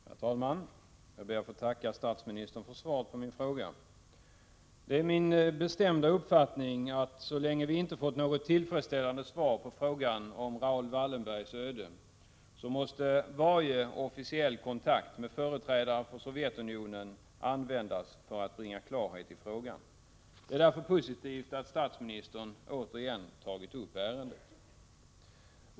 Herr talman! Jag ber att få tacka statsministern för svaret på min fråga. Det är min bestämda uppfattning att varje officiell kontakt med företrädare för Sovjetunionen måste användas för att bringa klarhet i frågan om Raoul Wallenbergs öde så länge som vi inte har fått något tillfredsställande svar. Det är därför positivt att statsministern återigen tagit upp ärendet.